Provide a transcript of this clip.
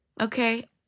Okay